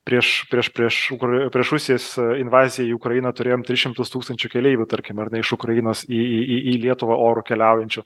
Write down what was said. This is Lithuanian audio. prieš prieš prieš ukrainoj prieš rusijos invaziją į ukrainą turėjom tris šimtus tūkstančių keleivių tarkim ar ne iš ukrainos į į į į lietuvą oru keliaujančių